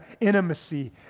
intimacy